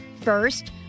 First